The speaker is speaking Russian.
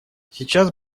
сейчас